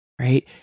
right